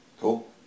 Cool